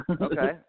Okay